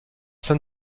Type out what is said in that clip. sein